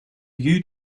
you